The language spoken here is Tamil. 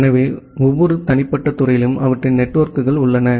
எனவே ஒவ்வொரு தனிப்பட்ட துறையிலும் அவற்றின் நெட்வொர்க்குகள் உள்ளன